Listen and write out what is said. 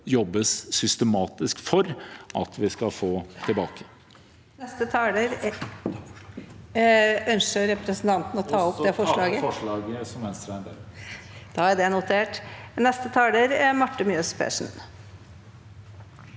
jobbes systematisk for at vi skal få tilbake.